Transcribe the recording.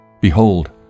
Behold